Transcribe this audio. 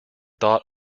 thought